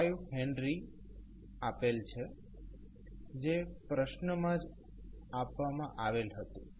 5 henry આપેલ છે જે પ્રશ્નમાં જ આપવામાં આવેલ હતું